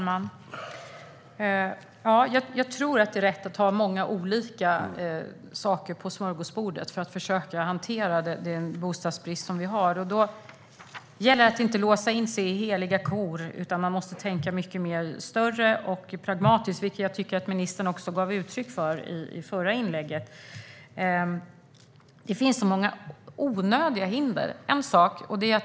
Fru talman! Det är nog rätt att ta av många olika saker på smörgåsbordet för att försöka att hantera den bostadsbrist som vi har. Då gäller det att inte låsa in sig i heliga kor, utan man måste tänka mycket större och mer pragmatiskt, vilket jag tycker att ministern också gav uttryck för i det förra inlägget. Det finns så många onödiga hinder.